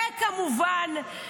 וכמובן,